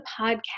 podcast